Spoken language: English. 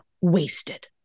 wasted